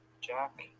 Jack